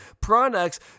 products